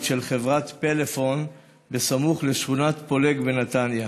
של חברת פלאפון סמוך לשכונת פולג בנתניה.